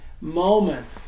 moment